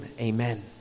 amen